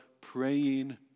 praying